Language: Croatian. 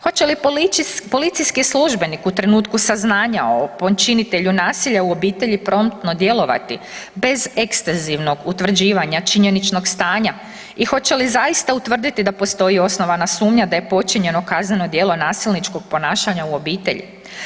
Hoće li policijski službenik u trenutku saznanja o počinitelju nasilja u obitelji promptno djelovati bez ekstenzivnog utvrđivanja činjeničnog stanja i hoće li zaista utvrditi da postoji osnovana sumnja da je počinjeno kazneno djelo nasilničkog ponašanja u obitelji?